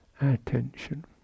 attention